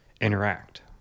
interact